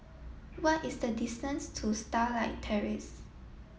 what is the distance to Starlight Terrace